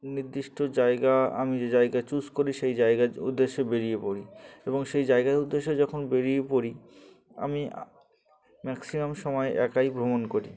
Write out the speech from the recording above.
নির্দিষ্ট জায়গা আমি যে জায়গা চুজ করি সেই জায়গার উদ্দেশ্যে বেরিয়ে পড়ি এবং সেই জায়গার উদ্দেশ্যে যখন বেরিয়ে পড়ি আমি ম্যাক্সিমাম সময় একাই ভ্রমণ করি